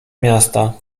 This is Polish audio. miasta